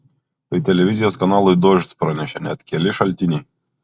tai televizijos kanalui dožd pranešė net keli šaltiniai